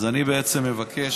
אז אני בעצם מבקש,